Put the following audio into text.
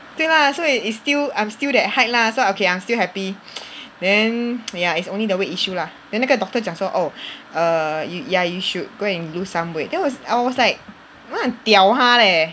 对 lah so it it's still I'm still that height lah so okay I'm still happy then yah it's only the weight issue lah then 那个 doctor 讲说 oh err ya err you should go and lose some weight then was I was like I wanna diao 他 leh